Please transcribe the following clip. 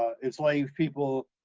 enslaved people,